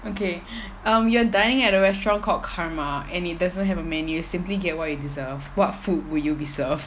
okay um you're dining at a restaurant called karma and it doesn't have a menu simply get what you deserve what food will you be served